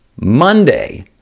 Monday